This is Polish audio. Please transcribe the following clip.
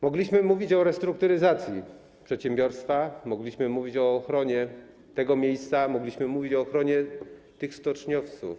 Mogliśmy mówić o restrukturyzacji przedsiębiorstwa, mogliśmy mówić o ochronie tego miejsca, mogliśmy mówić o ochronie tych stoczniowców.